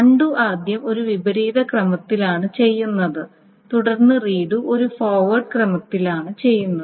undo ആദ്യം ഒരു വിപരീത ക്രമത്തിലാണ് ചെയ്യുന്നത് തുടർന്ന് റീഡു ഒരു ഫോർവേഡ് ക്രമത്തിലാണ് ചെയ്യുന്നത്